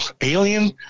alien